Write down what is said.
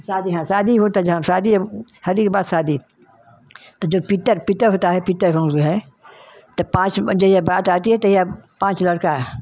शादी हाँ शादी होता जहाँप शादी है हरदी के बाद शादी त जो पीत्तर पीत्तर होता है पीत्तरों जो है त पाँच बजे ये बात आती है तहिया पाँच लरका